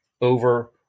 over